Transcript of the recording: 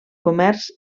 comerç